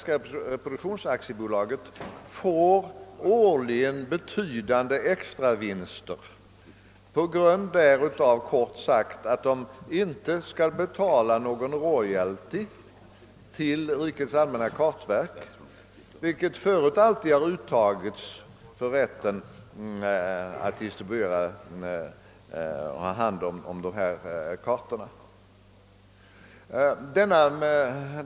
SRA får alltså årligen betydande extravinster kort sagt på grund av att företaget inte behöver betala någon royalty till RAK, vilket förut alltid har uttagits för rätten att distribuera och handha dessa kartor.